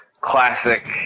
Classic